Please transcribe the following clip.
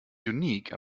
unique